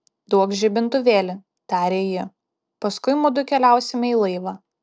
duokš žibintuvėlį tarė ji paskui mudu keliausime į laivą